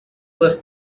was